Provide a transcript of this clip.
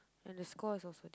and the score is also